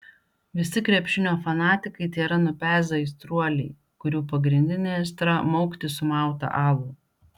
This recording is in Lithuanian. visi krepšinio fanatikai tėra nupezę aistruoliai kurių pagrindinė aistra maukti sumautą alų